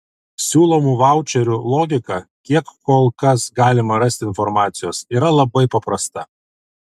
siūlomų vaučerių logika kiek kol kas galima rasti informacijos yra labai paprasta